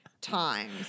times